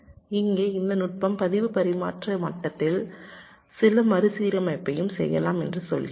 இங்கே இந்த நுட்பம் பதிவு பரிமாற்ற மட்டத்தில் சில மறுசீரமைப்பையும் செய்யலாம் என்று சொல்கிறோம்